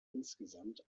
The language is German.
insgesamt